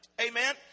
Amen